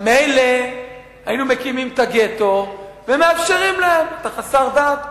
מילא היינו מקימים את הגטו ומאפשרים להם: אתה חסר דת,